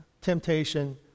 temptation